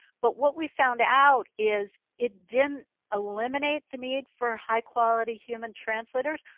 but what we found out is it didn't eliminate the need for high quality human translators.